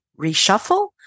reshuffle